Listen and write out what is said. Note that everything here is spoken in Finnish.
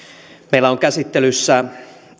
on käsittelyssä